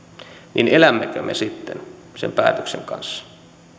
niin elämmekö me sitten sen päätöksen kanssa